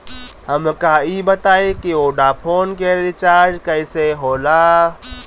हमका ई बताई कि वोडाफोन के रिचार्ज कईसे होला?